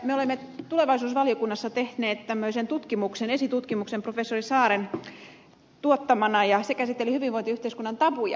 me olemme tulevaisuusvaliokunnassa tehneet tämmöisen esitutkimuksen professori saaren tuottamana ja se käsitteli hyvinvointiyhteiskunnan tabuja